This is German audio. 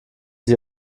sie